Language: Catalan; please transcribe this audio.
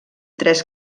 tres